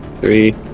three